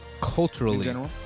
culturally